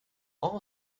all